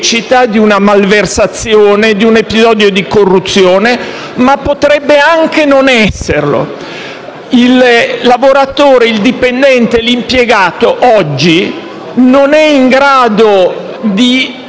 di una malversazione, di un episodio di corruzione, ma potrebbe anche non esserlo. Il lavoratore, il dipendente, l'impiegato oggi non è in grado di